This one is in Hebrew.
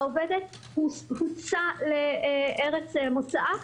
העובדת הוטסה לארץ מוצאה,